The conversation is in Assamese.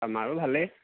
আমাৰো ভালেই